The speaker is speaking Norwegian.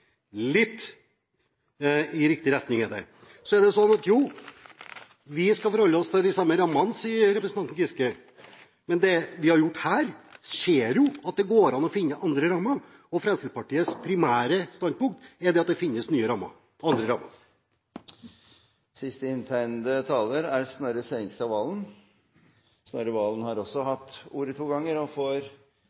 litt i riktig retning er det. Så er det sånn at vi skal forholde oss til de samme rammene, sier representanten Giske. Men det vi har gjort her, viser at det går an å finne andre rammer, og Fremskrittspartiets primære standpunkt er at det finnes nye rammer, andre rammer. Representanten Snorre Serigstad Valen har hatt ordet to ganger